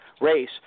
race